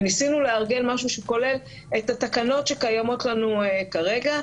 וניסינו לארגן משהו שכולל את התקנות שקיימות לנו כרגע.